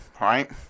right